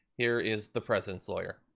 here is the president's lawyer.